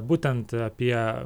būtent apie